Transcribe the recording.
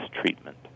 treatment